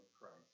Christ